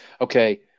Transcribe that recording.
okay